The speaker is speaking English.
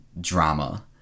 drama